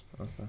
Okay